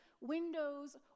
windows